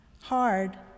Hard